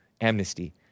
amnesty